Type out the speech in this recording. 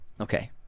Okay